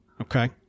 Okay